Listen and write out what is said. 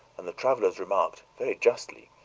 and the travelers remarked, very justly,